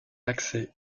axé